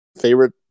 favorite